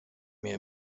mehr